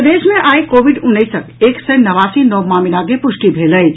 प्रदेश मे आई कोविड उन्नैसक एक सय नवासी नव मामिला के पुष्टि भेल अछि